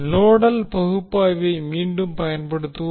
nodal பகுப்பாய்வை மீண்டும் பயன்படுத்துவோம்